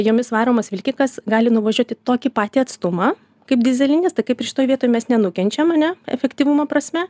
jomis varomas vilkikas gali nuvažiuoti tokį patį atstumą kaip dyzelinis tai kaip ir šitoj vietoj mes nenukenčiam ane efektyvumo prasme